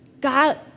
God